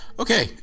Okay